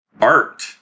Art